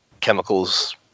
chemicals